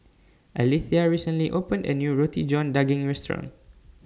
Alethea recently opened A New Roti John Daging Restaurant